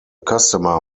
customer